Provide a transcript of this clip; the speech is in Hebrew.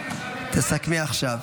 תסכמי עכשיו.